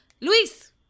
Luis